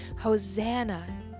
Hosanna